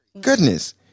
Goodness